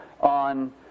on